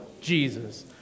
Jesus